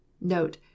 Note